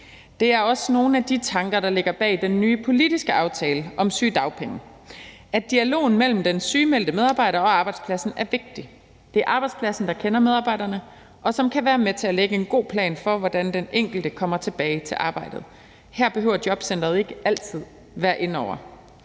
Det er også nogle af de tanker, der ligger bag den nye politiske aftale om sygedagpenge – at dialogen mellem den sygemeldte medarbejder og arbejdspladsen er vigtig. Det er arbejdspladsen, der kender medarbejderne, og som kan være med til at lægge en god plan for, hvordan den enkelte kommer tilbage til arbejdet. Her behøver jobcenteret ikke altid være inde over.